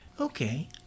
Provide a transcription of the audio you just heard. Okay